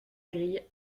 grille